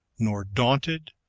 nor daunted,